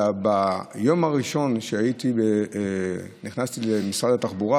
ביום הראשון שנכנסתי למשרד התחבורה